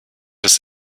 das